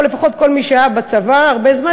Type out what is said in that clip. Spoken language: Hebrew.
לפחות כל מי שהיה בצבא הרבה זמן,